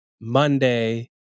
Monday